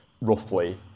roughly